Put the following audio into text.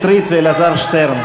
חבר הכנסת מאיר שטרית ואלעזר שטרן,